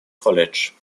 college